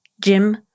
Jim